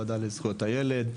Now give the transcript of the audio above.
ועדה לזכויות הילד,